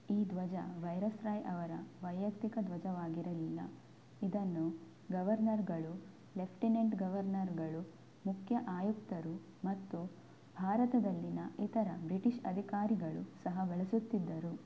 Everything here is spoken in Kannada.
ಈ ಧ್ವಜ ವೈರಸ್ ರಾಯ್ ಅವರ ವೈಯಕ್ತಿಕ ಧ್ವಜವಾಗಿರಲಿಲ್ಲ ಇದನ್ನು ಗವರ್ನರ್ಗಳು ಲೆಫ್ಟಿನೆಂಟ್ ಗವರ್ನರ್ಗಳು ಮುಖ್ಯ ಆಯುಕ್ತರು ಮತ್ತು ಭಾರತದಲ್ಲಿನ ಇತರ ಬ್ರಿಟಿಷ್ ಅಧಿಕಾರಿಗಳು ಸಹ ಬಳಸುತ್ತಿದ್ದರು